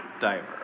diver